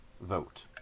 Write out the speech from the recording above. vote